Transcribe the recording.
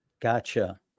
Gotcha